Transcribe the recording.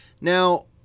Now